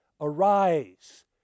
Arise